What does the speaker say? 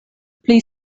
pli